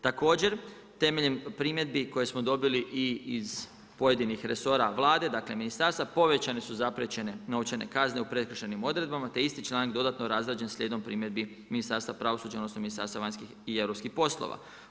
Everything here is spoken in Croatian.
Također, temeljem primjedbi koje smo dobili i iz pojedinih resora Vlade, dakle ministarstva, povećani su zaprečenje novčane kazne u prekršajnih odredbama, te je isti članak dodano razrađen slijedom primjedbi Ministarstva pravosuđa, odnosno, Ministarstva vanjskih i europskih poslova.